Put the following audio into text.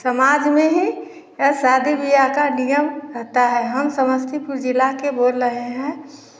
समाज में ही शादी विवाह का नियम होता है हम समस्तीपुर ज़िला के बोल रहे हैं